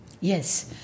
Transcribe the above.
Yes